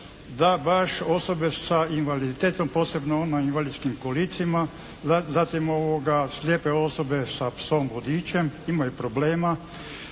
da baš osobe sa invaliditetom posebno one u invalidskim kolicima zatim slijepe osobe sa psom vodičem imaju problema.